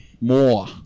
More